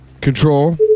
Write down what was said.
control